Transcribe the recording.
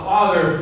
Father